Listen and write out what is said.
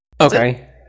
Okay